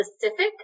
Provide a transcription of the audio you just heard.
specific